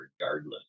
regardless